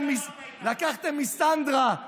כל אלה שאמרת איתנו.